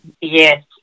Yes